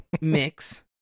mix